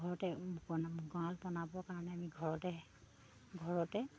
ঘৰতে গঁৰাল বনাবৰ কাৰণে আমি ঘৰতে ঘৰতে